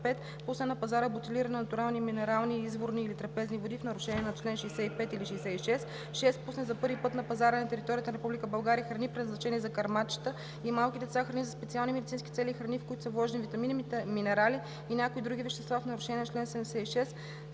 пусне на пазара бутилирани натурални минерални, изворни или трапезни води в нарушение на чл. 65 или 66; 6. пусне за първи път на пазара на територията на Република България храни, предназначени за кърмачета и малки деца, храни за специални медицински цели и храни, в които са вложени витамини, минерали и някои други вещества в нарушение на чл. 76;